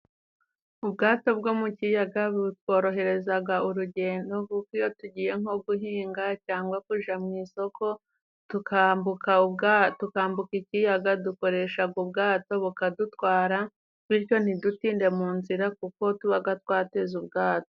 Ubwato bwo mu kiyaga butworohereza urugendo, kuko iyo tugiye nko guhinga, cyangwa kujya mu isoko, tukambuka ikiyaga dukoresha ubwato bukadutwara, bityo nti dutinde mu nzira kuko tuba twateze ubwato.